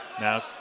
Now